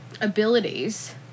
abilities